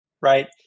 right